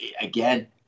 Again